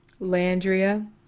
Landria